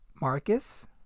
Marcus